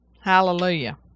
Hallelujah